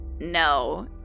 no